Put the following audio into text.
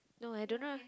no I don't know